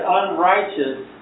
unrighteous